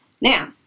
Now